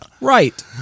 Right